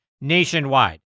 nationwide